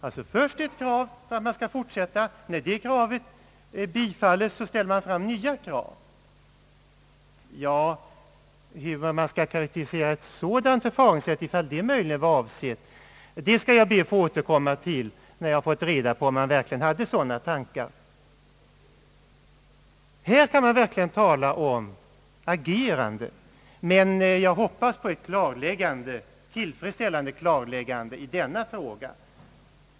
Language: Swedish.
Först är det alltså ett krav på att man skall fortsätta, och när det kravet bifalles ställer man nya krav. Hur skall vi karakterisera ett sådant förfaringssätt skall jag be att få återkomma till när jag fått reda på om man verkligen hade sådana tankar. Här kan vi verkligen tala om »agerande»! Men jag hoppas på ett tillfredsställande klarläggande i denna fråga.